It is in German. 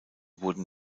wurden